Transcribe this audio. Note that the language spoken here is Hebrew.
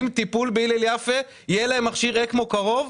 טיפול בהילל יפה יהיה להם מכשיר אקמו קרוב,